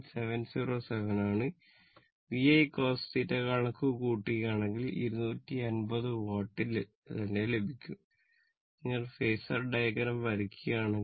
707 ആണ് VI cosθ കണക്കു കൂട്ടുകയാണെങ്കിൽ 250 വാട്ട് തന്നെ ലഭിക്കും നിങ്ങൾ ഫേസർ ഡയഗ്രം വരയ്ക്കുകയാണെങ്കിൽ